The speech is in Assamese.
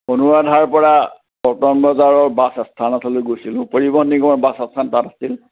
অনুৰাধাৰ পৰা পল্টন বজাৰৰ বাছ আস্থানলৈ গৈছিলোঁ পৰিৱহণ নিগমৰ বাছ আস্থান তাত আছিল